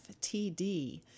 FTD